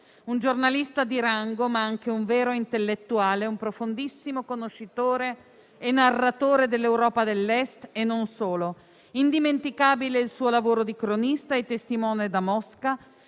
Un giornalista di rango, ma anche un vero intellettuale e un profondissimo conoscitore e narratore dell'Europa dell'Est e non solo. Indimenticabile il suo lavoro di cronista e testimone da Mosca,